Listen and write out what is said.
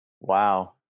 Wow